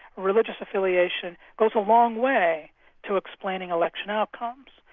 religious affiliation goes a long way to explaining election outcomes.